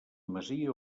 masia